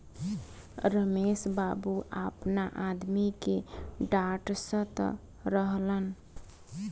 रमेश बाबू आपना आदमी के डाटऽत रहलन